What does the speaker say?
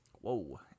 Whoa